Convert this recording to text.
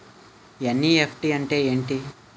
NEFT అంటే ఏమిటి?